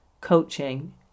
coaching